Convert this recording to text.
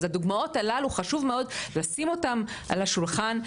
אז הדוגמאות הללו חשוב מאוד לשים אותם על השולחן,